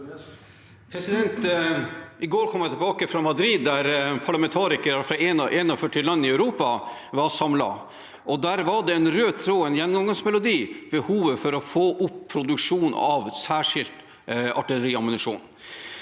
I går kom jeg tilbake fra Madrid, der parlamentarikere fra 41 land i Europa var samlet, og den røde tråden og gjennomgangsmelodien der var behovet for å få opp produksjonen særskilt av artilleriammunisjon.